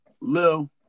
Lil